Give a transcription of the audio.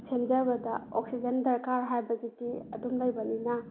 ꯁꯦꯝꯖꯕꯗ oxygen ꯗꯔꯀꯥꯔ ꯍꯥꯏꯕꯁꯤꯗꯤ ꯑꯗꯨꯝ ꯂꯩꯕꯅꯤꯅ